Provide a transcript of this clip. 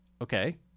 Okay